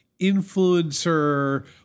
influencer